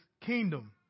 kingdom